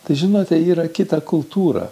tai žinote yra kita kultūra